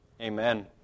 amen